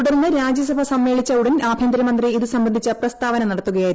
തുടർന്ന് രാജ്യസഭ സമ്മേളിച്ച ഉടൻ ആഭ്യന്തരമന്ത്രി ഇത് സംബന്ധിച്ച പ്രസ്താവന നടത്തുകയായിരുന്നു